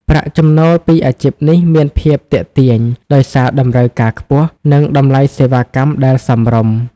ប្រាក់ចំណូលពីអាជីពនេះមានភាពទាក់ទាញ ដោយសារតម្រូវការខ្ពស់ និងតម្លៃសេវាកម្មដែលសមរម្យ។